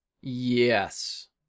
Yes